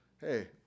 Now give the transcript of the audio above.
Hey